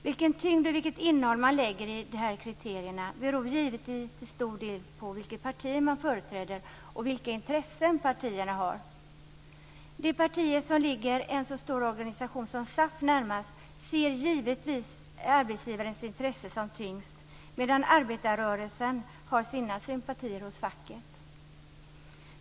Vilken tyngd och vilket innehåll man lägger i dessa kriterier beror givetvis till stor del på vilket parti man företräder och vilka intressen partierna har. De partier som ligger en så stor organisation som SAF närmast ser givetvis arbetsgivarens intressen som tyngst, medan arbetarrörelsen har sina sympatier hos facket.